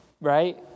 right